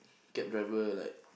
cab driver like